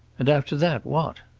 and after that, what?